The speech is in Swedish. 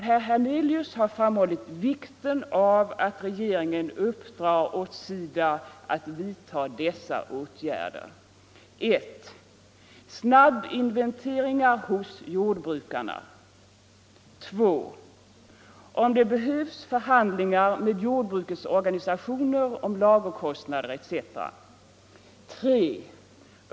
Herr Hernelius har framhållit vikten av att regeringen uppdrar åt SIDA att vidtaga dessa åtgärder: 2. Om det behövs förhandlingar med jordbrukets organisationer om lagerkostnader etc.